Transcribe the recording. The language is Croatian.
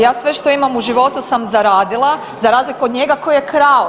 Ja sve što imam u životu sam zaradila za razliku od njega koji je krao.